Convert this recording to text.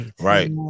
Right